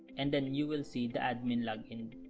and then youll see the admin login